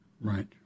Right